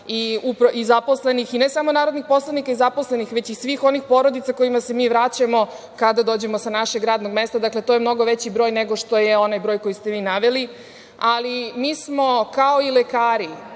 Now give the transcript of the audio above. i zaposlenih, i ne samo narodnih poslanika i zaposlenih, već i svih onih porodica kojima se mi vraćamo kada dođemo sa našeg radnog mesta, dakle to je mnogo veći broj nego što je onaj broj koji ste vi naveli. Ali, mi smo kao i lekari,